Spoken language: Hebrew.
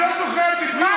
אני לא זוכר בדיוק.